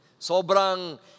Sobrang